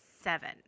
seven